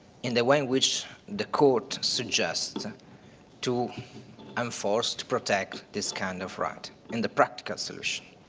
in the way in which the court suggests and to enforce, to protect, this kind of right, in the practical solution.